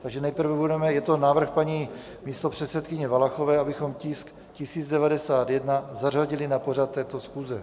Takže nejprve budeme je to návrh paní místopředsedkyně Valachové, abychom tisk 1091 zařadili na pořad této schůze.